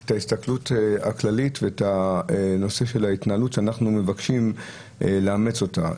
את ההסתכלות הכללית ואת נושא ההתנהלות שאנחנו מבקשים לאמץ אותו.